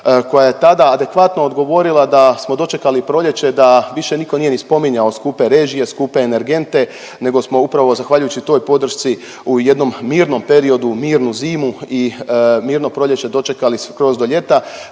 koja je tada adekvatno odgovorila da smo dočekali proljeće da više nitko nije ni spominjao skupe režije, skupe energente nego smo upravo zahvaljujući toj podršci u jednom mirnom periodu, mirnu zimu i mirno proljeće dočekali skroz do ljeta.